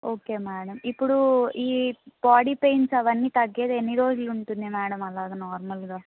okay madam ఇప్పుడు ఈ body pains అవన్నీ తగ్గేక ఎన్ని రోజులు ఉంటుంది మేడం అలాగా నార్మల్గా